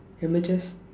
ah my chess